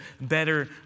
better